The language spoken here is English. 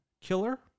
killer